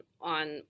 on